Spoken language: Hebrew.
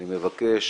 אני מבקש